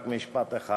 רק משפט אחד.